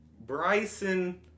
Bryson